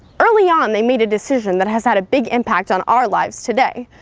early on, they made a decision that has had a big impact on our lives today.